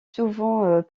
souvent